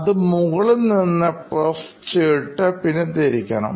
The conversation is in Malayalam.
അതു മുകളിൽനിന്ന് press ചെയ്തിട്ട്പിന്നെ തിരിക്കണം